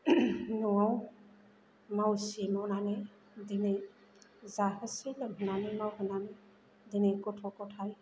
न'आव मावसे मावनानै दिनै जाहोसे लोंहोनानै मावहोनानै दिनै गथ' गथाय